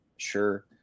sure